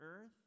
earth